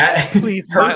please